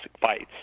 fights